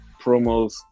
promos